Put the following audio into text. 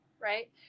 Right